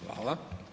Hvala.